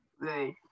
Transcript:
Right